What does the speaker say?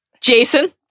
Jason